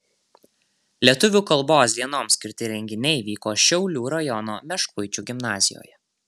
lietuvių kalbos dienoms skirti renginiai vyko šiaulių rajono meškuičių gimnazijoje